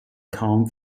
kaum